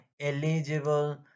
eligible